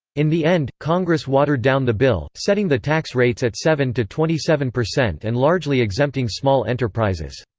in the end, congress watered down the bill, setting the tax rates at seven to twenty seven percent and largely exempting small enterprises.